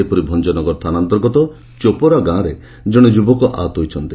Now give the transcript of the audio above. ସେହିପରି ଭଞ୍ଞନଗର ଥାନା ଅନ୍ତର୍ଗତ ଚୋପରା ଗାଁରେ ଜଣେ ଯୁବକ ଆହତ ହୋଇଛନ୍ତି